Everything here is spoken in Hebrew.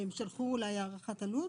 הם שלחו הערכת עלות?